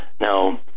Now